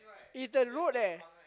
it's a road leh